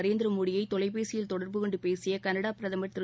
நரேந்திர மோடியை தொலைபேசியில் தொடர்பு கொண்டு பேசிய களடா பிரதமர் திரு